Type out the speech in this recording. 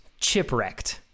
chipwrecked